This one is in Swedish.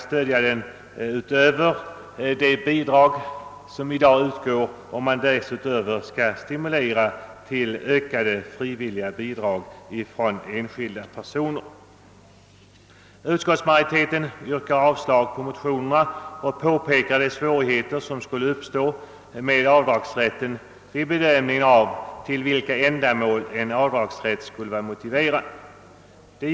Skall man utöver de bidrag som i dag utgår dessutom stimulera till ökade frivilliga bidrag från enskilda personer? Utskottets majoritet har yrkat avslag på motionerna och pekat på de svårigheter som skulle uppstå vid bedömningen av de ändamål där avdragsrätt skulle vara motiverad.